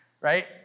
right